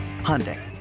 Hyundai